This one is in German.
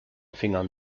fingern